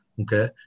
Okay